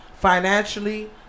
financially